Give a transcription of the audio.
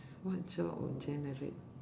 what job will generate